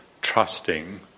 trusting